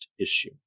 issue